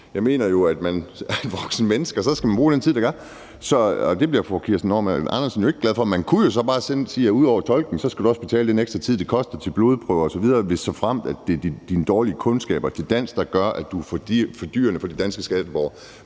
Jeg mener, at man er et voksent menneske, og så skal man bruge den tid, det tager, og det bliver fru Kirsten Normann Andersen jo ikke glad for. Man kunne jo så bare sige, at ud over tolkning skal du også betale for den ekstra tid, det koster til at tage blodprøver osv., hvis det er dine dårlige danskkundskaber, der gør, at du er fordyrende for de danske skatteborgere.